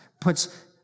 puts